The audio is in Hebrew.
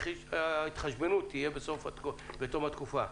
וההתחשבנות תהיה בתום התקופה.